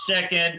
Second